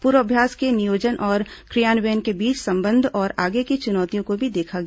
पूर्वाभ्यास में नियोजन और क्रियान्वयन के बीच संबंध और आगे की चुनौतियों को भी देखा गया